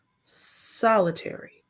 solitary